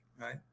right